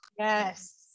Yes